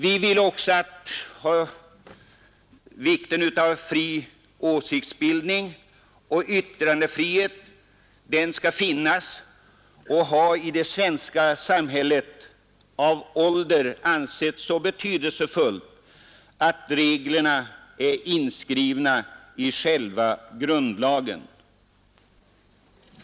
Vi vill också erinra om att fri åsiktsbildning och yttrandefrihet i det svenska samhället av ålder har ansetts så betydelsefull att reglerna är inskrivna i själva grundlagen.